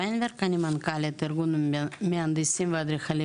אנחנו רואים עכשיו עלייה גדולה של הרבה מהנדסים ואדריכלים